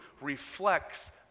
reflects